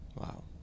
Wow